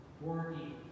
working